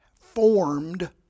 formed